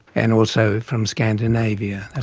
and also from scandinavia. and